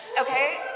Okay